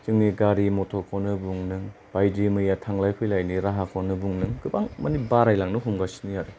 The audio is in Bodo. जोंनि गारि मटरखौनो बुं नों बायदि मैया थांलाय फैलायनि राहाखौनो बुं नों गोबां माने बारायलांनो हमगासिनो आरो